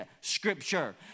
Scripture